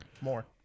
more